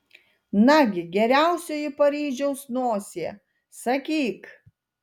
nagi geriausioji paryžiaus nosie sakyk